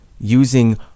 using